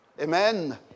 Amen